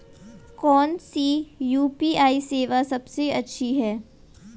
कौन सी यू.पी.आई सेवा सबसे अच्छी है?